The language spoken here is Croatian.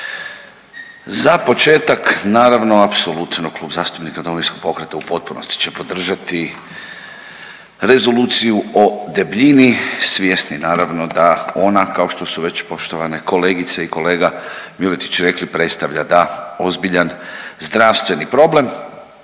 Za početak naravno apsolutno Klub zastupnika Domovinskog pokreta u potpunosti će podržati Rezoluciju o debljini svjesni naravno da ona kao što su već poštovane kolegice i kolega Miletić rekli predstavlja da ozbiljan zdravstveni problem.